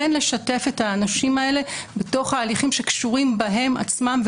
לשתף את האנשים האלה בתוך ההליכים שקשורים בהם עצמם,